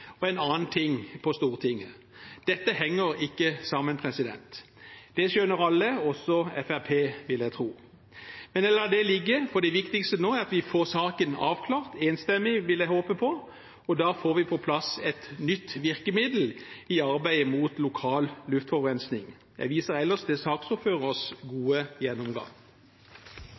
og en annen ting på Stortinget. Dette henger ikke sammen. Det skjønner alle – også Fremskrittspartiet, vil jeg tro. Men jeg lar det ligge, for det viktigste nå er at vi får saken avklart – enstemmig, vil jeg håpe på – og da får vi på plass et nytt virkemiddel i arbeidet mot lokal luftforurensning. Jeg viser ellers til saksordførerens gode gjennomgang.